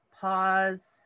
Pause